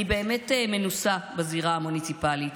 אני באמת מנוסה בזירה המוניציפלית,